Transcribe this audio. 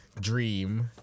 dream